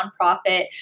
nonprofit